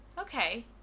Okay